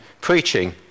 preaching